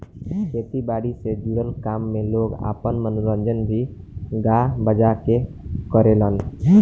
खेती बारी से जुड़ल काम में लोग आपन मनोरंजन भी गा बजा के करेलेन